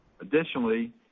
Additionally